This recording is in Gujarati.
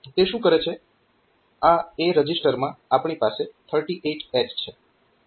આ A રજીસ્ટરમાં આપણી પાસે 38H છે